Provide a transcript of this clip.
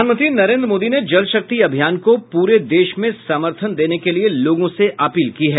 प्रधानमंत्री नरेन्द्र मोदी ने जल शक्ति अभियान को पूरे देश में समर्थन देने के लिए लोगों से अपील की है